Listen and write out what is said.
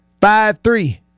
Five-three